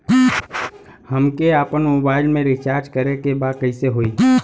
हमके आपन मोबाइल मे रिचार्ज करे के बा कैसे होई?